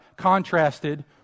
contrasted